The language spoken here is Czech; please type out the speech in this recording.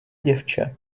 děvče